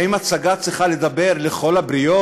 האם הצגה צריכה לדבר לכל הבריות?